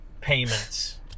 payments